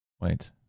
wait